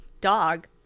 dog